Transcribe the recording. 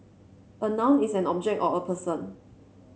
a noun is an object or a person